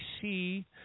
see